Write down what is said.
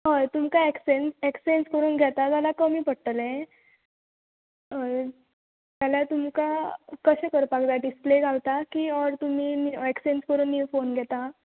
हय तुमकां एक्ससेंस एक्सचेंज करून घेता जाल्यार कमी पडटले हय जाल्यार तुमकां कशें करपाक जाय डिसप्ले घालतात की ओर तुमी एक्सचेंज करून नीव फोन घेतात